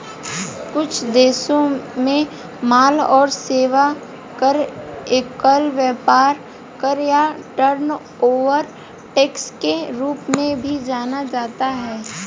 कुछ देशों में माल और सेवा कर, एकल व्यापार कर या टर्नओवर टैक्स के रूप में भी जाना जाता है